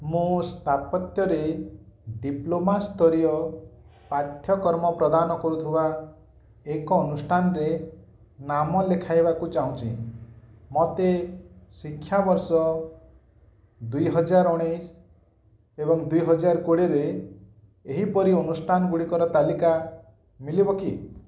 ମୁଁ ସ୍ଥାପତ୍ୟରେ ଡିପ୍ଲୋମା ସ୍ତରୀୟ ପାଠ୍ୟକ୍ରମ ପ୍ରଦାନ କରୁଥିବା ଏକ ଅନୁଷ୍ଠାନରେ ନାମ ଲେଖାଇବାକୁ ଚାହୁଁଛି ମୋତେ ଶିକ୍ଷାବର୍ଷ ଦୁଇହାଜର ଉଣେଇଶି ଏବଂ ଦୁଇହଜାର କୋଡ଼ିଏରେ ଏହିପରି ଅନୁଷ୍ଠାନଗୁଡ଼ିକର ତାଲିକା ମିଳିବ କି